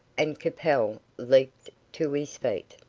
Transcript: and capel leaped to his feet.